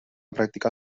practicar